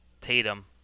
Tatum –